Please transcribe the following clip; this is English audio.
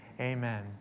Amen